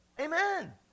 Amen